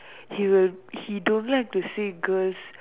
he will he don't like to see girls